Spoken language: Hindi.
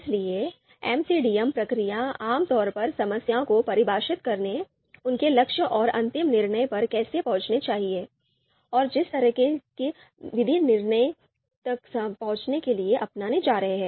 इसलिए एमसीडीएम प्रक्रिया आम तौर पर समस्या को परिभाषित करने उनके लक्ष्यों और अंतिम निर्णय पर कैसे पहुंचनी चाहिए और जिस तरह की विधि हम निर्णय तक पहुंचने के लिए अपनाने जा रहे हैं